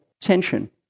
tension